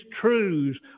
truths